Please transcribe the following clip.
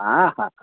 हा हा